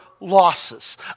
losses